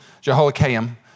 Jehoiakim